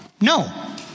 No